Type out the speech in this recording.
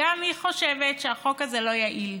גם היא חושבת שהחוק הזה לא יעיל,